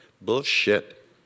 Bullshit